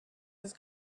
his